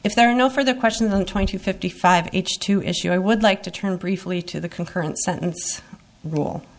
if there are no for the question of the twenty fifty five h two issue i would like to turn briefly to the concurrent sentence rule